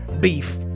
beef